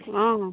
অঁ